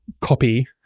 copy